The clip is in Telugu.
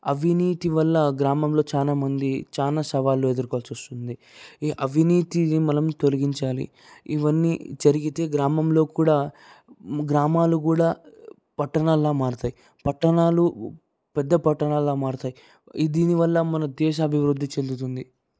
అవినీతి వల్ల గ్రామంలో చానామంది చానా సవాళ్లు ఎదుర్కోవాల్సి వస్తుంది ఈ అవినీతిని మనం తొలగించాలి ఇవన్నీ జరిగితే గ్రామంలో కూడా గ్రామాలు కూడా పట్టణాల మారుతాయి పట్టణాలు పెద్ద పట్టణాల్లా మారుతాయి ఈ దీనివల్ల మన దేశ అభివృద్ధి చెందుతుంది